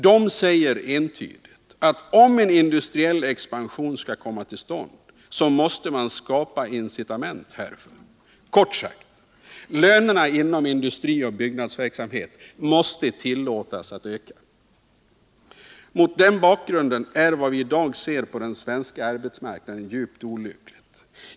De säger entydigt att om en industriell expansion skall komma till stånd så måste man skapa incitament härför. Kort sagt: Lönerna inom industrioch byggnadsverksamhet måste tillåtas att öka. Mot denna bakgrund är vad vi i dag ser på den svenska arbetsmarknaden djupt olyckligt.